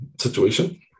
situation